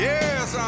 Yes